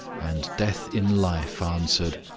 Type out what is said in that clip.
and death-in-life answered,